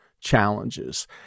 challenges